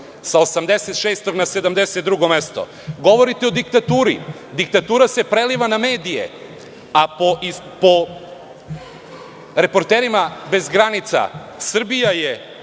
protiv korupcije. Govorite o diktaturi. Diktatura se preliva na medije, a po reporterima bez granica, Srbija je